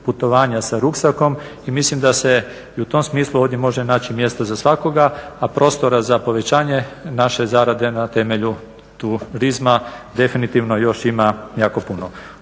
putovanja sa ruksakom i mislim da se i u tom smislu ovdje može naći mjesto za svakoga, a prostora za povećanje naše zarade na temelju turizma definitivno još ima jako puno.